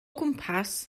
gwmpas